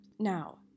Now